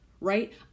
right